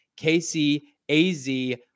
KCAZ